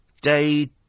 Day